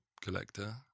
collector